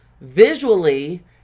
visually